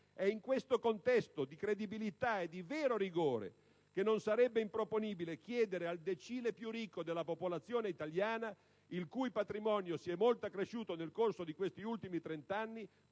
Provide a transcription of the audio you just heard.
È in questo contesto di credibilità e di vero rigore che non sarebbe improponibile chiedere al decile più ricco della popolazione italiana - il cui patrimonio si è molto accresciuto, nel corso di questi ultimi trenta anni,